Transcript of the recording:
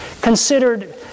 considered